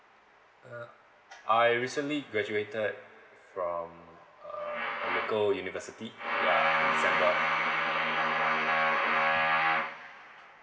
uh I recently graduated from uh local university